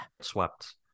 swept